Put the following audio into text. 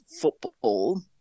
football